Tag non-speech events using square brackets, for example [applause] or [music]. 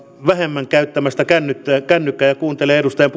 vähemmän käyttämästä kännykkää kännykkää ja kuuntelee edustajien [unintelligible]